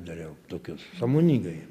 dariau tokius sąmoningai